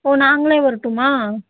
ஓ நாங்களே வரட்டுமா